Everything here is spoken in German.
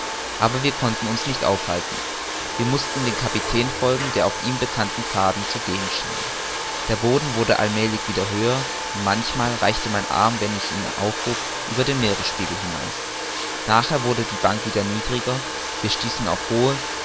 aber wir konnten uns nicht aufhalten wir mußten dem kapitän folgen der auf ihm bekannten pfaden zu gehen schien der boden wurde allmälig wieder höher und manchmal reichte mein arm wann ich ihn aufhob über den meeresspiegel heraus nachher wurde die bank wieder niedriger wir stießen auf hohe